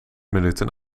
minuten